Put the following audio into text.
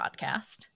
podcast